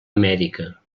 amèrica